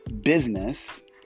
business